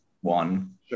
One